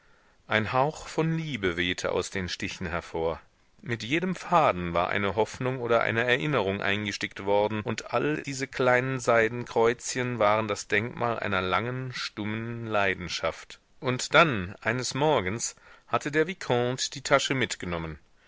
ein hauch von liebe wehte aus den stichen hervor mir jedem faden war eine hoffnung oder eine erinnerung eingestickt worden und alle diese kleinen seidenkreuzchen waren das denkmal einer langen stummen leidenschaft und dann eines morgens hatte der vicomte die tasche mitgenommen